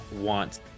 want